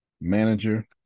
manager